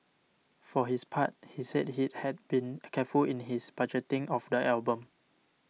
for his part he said he had been a careful in his budgeting of the album